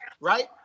Right